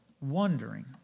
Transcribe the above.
wondering